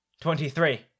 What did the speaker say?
Twenty-three